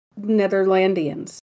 Netherlandians